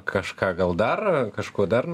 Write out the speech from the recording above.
kažką gal dar kažko dar